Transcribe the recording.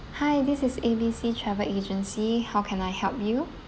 hi this is A B C travel agency how can I help you